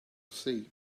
see